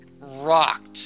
rocked